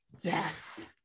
Yes